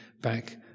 back